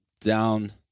down